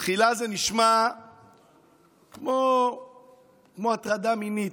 בתחילה זה נשמע כמו הטרדה מינית,